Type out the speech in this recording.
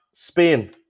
Spain